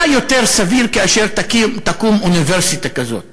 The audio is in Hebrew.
מה יותר סביר, כאשר תקום אוניברסיטה כזאת